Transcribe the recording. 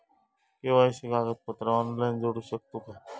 KYC कागदपत्रा online जोडू शकतू का?